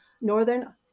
northern